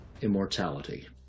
immortality